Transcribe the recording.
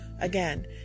again